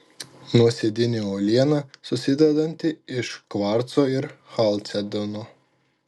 nuosėdinė uoliena susidedanti iš kvarco ir chalcedono